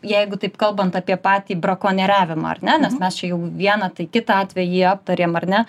jeigu taip kalbant apie patį brakonieriavimą ar ne nes mes čia jau vieną tai kitą atvejį aptarėm ar ne